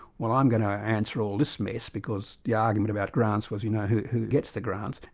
well i'm going to answer all this mess because the argument about grants was you know who who gets the grants,